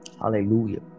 Hallelujah